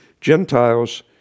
Gentiles